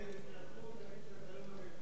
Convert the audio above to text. לפני שבוע סערה הכנסת על הברית החדשה.